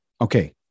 Okay